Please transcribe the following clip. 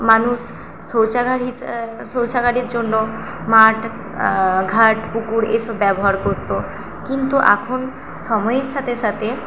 মানুষ শৌচাগার হিসা শৌচাগারের জন্য মাঠ ঘাট পুকুর এসব ব্যবহার করতো কিন্তু এখন সময়ের সাথে সাথে